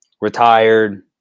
retired